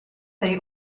they